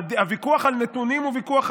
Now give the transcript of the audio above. הוויכוח על נתונים הוא ויכוח חשוב.